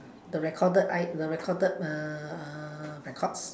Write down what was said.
the recorded I the recorded uh records